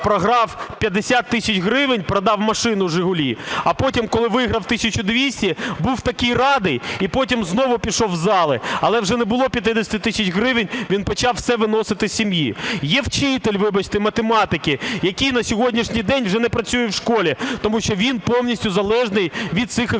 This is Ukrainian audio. програв 50 тисяч гривень, продав машину "Жигулі". А потім, коли виграв 1200, був такий радий і потім знову пішов в зали, але вже не було 50 тисяч гривень, він почав все виносити з сім'ї. Є вчитель, вибачте, математики який на сьогоднішній день вже не працює в школі, тому що він повністю залежний від цих ігрових